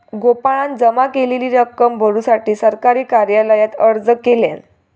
गोपाळान जमा केलेली रक्कम भरुसाठी सरकारी कार्यालयात अर्ज केल्यान